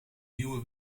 nieuwe